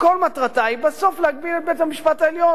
שכל מטרתה היא בסוף להגביל את בית-המשפט העליון.